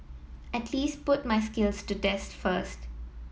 at least put my skills to test first